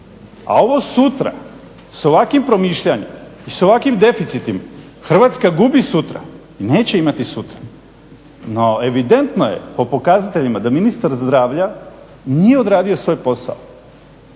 A ovo sutra s ovakvim promišljanjem i s ovakvim deficitom Hrvatska gubi sutra i neće imati sutra. No, evidentno je po pokazateljima da ministar zdravlja nije odradio svoj posao.